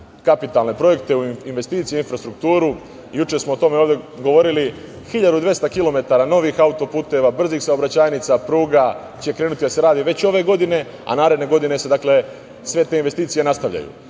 kapitalne projekte, u investicije, u infrastrukturu. Juče smo o tome ovde govorili - 1.200 km novih auto-puteva, brzih saobraćajnica, pruga, krenuće da se radi već ove godine, a naredne godine se sve te investicije nastavljaju. Ne